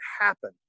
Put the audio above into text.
happen